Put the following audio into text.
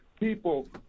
People